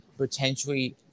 Potentially